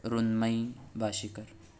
رندمئی باشیکر